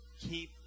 keep